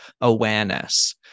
awareness